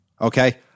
Okay